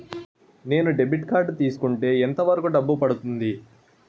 నేను debit card తీసుకుంటే ఎంత వరకు డబ్బు పడుతుంది?